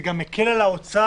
זה גם מקל עלה אוצר